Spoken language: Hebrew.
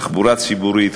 תחבורה ציבורית,